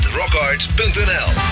rockart.nl